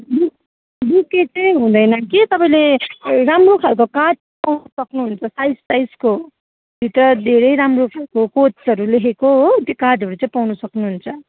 book बुके चाहिँ हुँदैन कि तपाईँले राम्रो खालको कार्ड पाउन सक्नुहुन्छ साइज साइजको भित्र धेरै राम्रो खालको कोट्सहरू लेखेको हो त्यो कार्डहरू चाहिँ पाउनु सक्नुहुन्छ